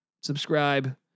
subscribe